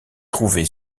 trouvé